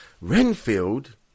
Renfield